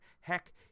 Heck